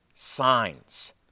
signs